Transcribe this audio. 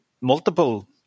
multiple